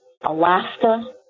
Alaska